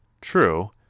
True